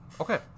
Okay